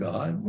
God